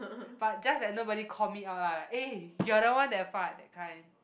but just that nobody called me out lah like eh you are the one that fart that kind